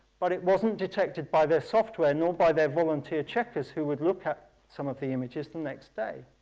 but it wasn't detected by their software, nor by their volunteer checkers, who would look at some of the images the next day.